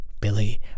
Billy